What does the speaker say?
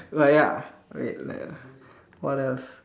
right ya wait lack what else